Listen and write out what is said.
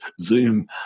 Zoom